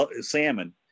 salmon